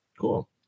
Cool